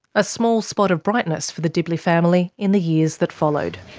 a small spot of brightness for the dibley family in the years that followed.